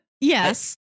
Yes